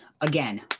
Again